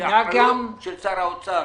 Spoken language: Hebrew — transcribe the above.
זה אחריות של שר האוצר.